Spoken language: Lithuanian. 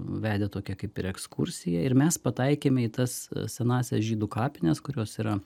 vedė tokią kaip ir ekskursiją ir mes pataikėme į tas senąsias žydų kapines kurios yra